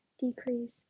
decrease